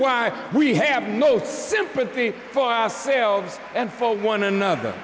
why we have no sympathy for ourselves and for one another